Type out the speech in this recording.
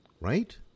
Right